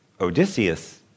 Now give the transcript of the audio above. Odysseus